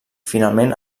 finalment